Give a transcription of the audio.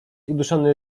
uduszony